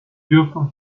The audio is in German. dürfen